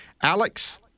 Alex